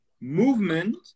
movement